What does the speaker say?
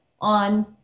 on